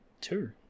two